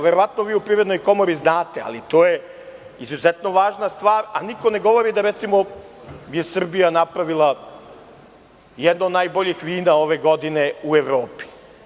Verovatno vi u Privrednoj komori znate, ali to je izuzetno važna stvar, a niko ne govori da recimo je Srbija napravila jedno od najboljih vina ove godine u Evropi.